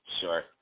Sure